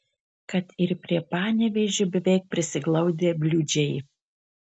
kad ir prie panevėžio beveik prisiglaudę bliūdžiai